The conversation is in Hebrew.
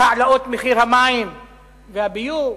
העלאת מחיר המים והביוב,